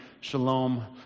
Shalom